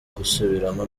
gusubiramo